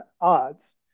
odds